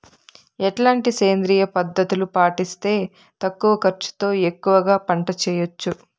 ఎట్లాంటి సేంద్రియ పద్ధతులు పాటిస్తే తక్కువ ఖర్చు తో ఎక్కువగా పంట చేయొచ్చు?